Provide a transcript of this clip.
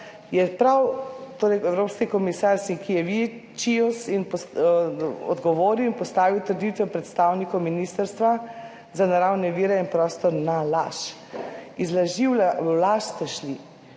torej evropski komisar Sinkevičius odgovoril in postavil trditve predstavnikov Ministrstva za naravne vire in prostor na laž. Iz laži v laž ste šli.